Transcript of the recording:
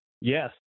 Yes